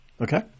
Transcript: Okay